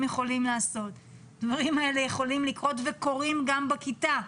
יכולים לעשות אבל הדברים האלה יכולים לקרות וקורים גם בכיתה.